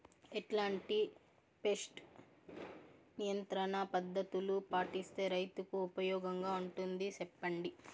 ఎట్లాంటి పెస్ట్ నియంత్రణ పద్ధతులు పాటిస్తే, రైతుకు ఉపయోగంగా ఉంటుంది సెప్పండి?